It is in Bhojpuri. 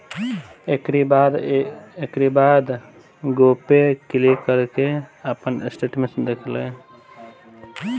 एकरी बाद गो पे क्लिक करके आपन स्टेटमेंट देख लें